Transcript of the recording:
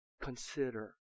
consider